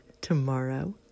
tomorrow